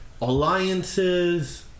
Alliances